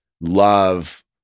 love